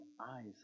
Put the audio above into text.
eyes